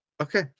Okay